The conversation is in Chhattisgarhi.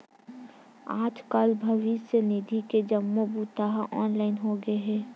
आजकाल भविस्य निधि के जम्मो बूता ह ऑनलाईन होगे हे